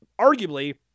arguably